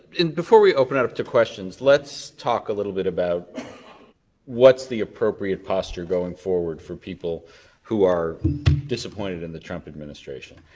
before we open it up to questions, let's talk a little bit about what's the appropriate posture going forward for people who are disappointed in the trump administration?